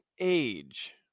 age